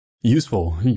useful